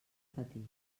patir